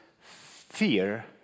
Fear